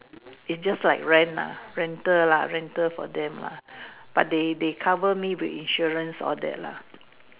it just like rent ah rental lah rental for them lah but they they cover me with insurance all that lah